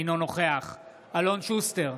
אינו נוכח אלון שוסטר,